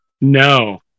No